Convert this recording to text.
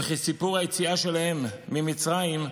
וכי סיפור היציאה שלהם ממצרים,